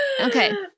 okay